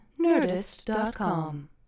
Nerdist.com